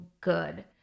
good